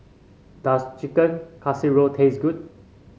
does Chicken Casserole taste good